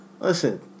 Listen